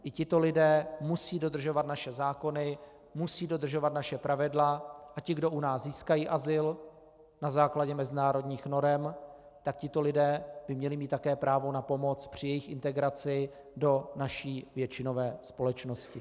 I tito lidé musí dodržovat naše zákony, musí dodržovat naše pravidla a ti, kdo u nás získají azyl na základě mezinárodních norem, tak tito lidé by měli mít také právo na pomoc při jejich integraci do naší většinové společnosti.